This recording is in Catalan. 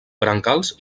brancals